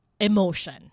emotion